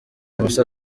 moussa